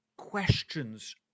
questions